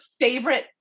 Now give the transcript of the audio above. favorite